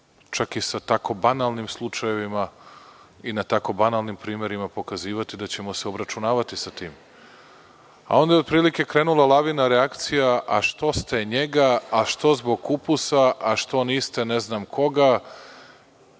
čak i sa tako banalnim slučajevima i na tako banalnim primerima pokazivati da ćemo se obračunavati sa tim. Onda je otprilike krenula lavina reakcija – a što ste njega? Što zbog kupusa? Što niste ne znam koga? Onda